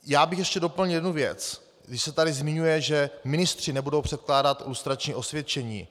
Já bych ještě doplnil jednu věc, když se tady zmiňuje, že ministři nebudou předkládat lustrační osvědčení.